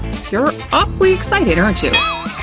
you're awfully excited, aren't you?